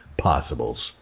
possibles